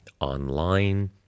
online